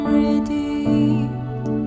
redeemed